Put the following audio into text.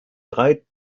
drei